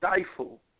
stifle